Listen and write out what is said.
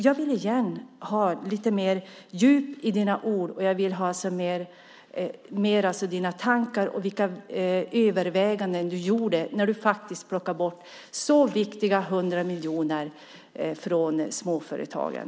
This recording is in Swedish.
Jag vill ha mer djup i dina ord och tankar, Maud Olofsson, och jag vill veta vilka överväganden du gjorde när du plockade bort de så viktiga 100 miljonerna från småföretagen.